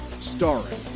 starring